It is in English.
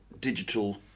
digital